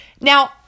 now